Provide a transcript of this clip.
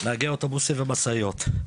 נהגי אוטובוסים ומשאיות.